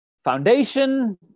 Foundation